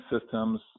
systems